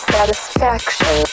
Satisfaction